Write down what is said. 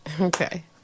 Okay